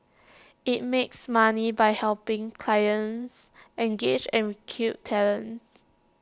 IT makes money by helping clients engage and recruit talents